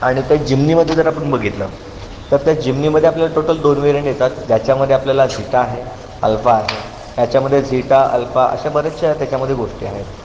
आणि त्या जिमनीमध्ये जर आपण बघितलं तर त्या जिमनीमध्ये आपल्याला टोटल दोन वेरियंट येतात ज्याच्यामध्ये आपल्याला झिटा आहे अल्फा आहे याच्यामध्ये झिटा अल्फा अशा बऱ्याचशा त्याच्यामध्ये गोष्टी आहेत